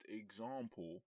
example